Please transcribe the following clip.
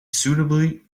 suitably